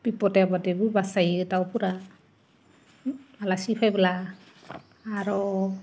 बिपदे आपादेबो बासायो दाउफोरा आलासि फायबोला आरो